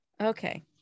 okay